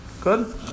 Good